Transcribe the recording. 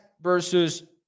versus